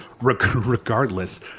regardless